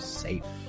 safe